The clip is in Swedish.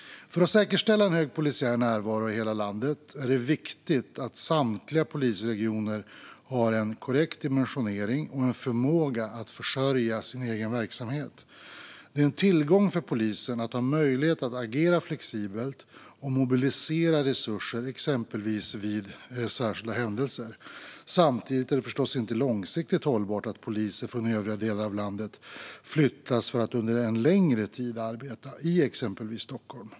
För att säkerställa en hög polisiär närvaro i hela landet är det viktigt att samtliga polisregioner har en korrekt dimensionering och en förmåga att försörja sin egen verksamhet. Det är en tillgång för polisen att ha möjlighet att agera flexibelt och mobilisera resurser, exempelvis vid särskilda händelser. Samtidigt är det förstås inte långsiktigt hållbart att poliser från övriga delar av landet flyttas för att under en längre tid arbeta i exempelvis Stockholm.